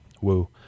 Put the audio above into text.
Woo